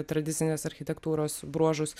tradicinės architektūros bruožus